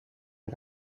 een